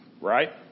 Right